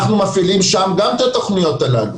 אנחנו מפעילים שם גם את התוכניות הללו.